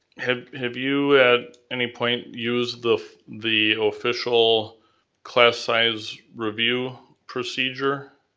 have have you at any point used the the official class size review procedure?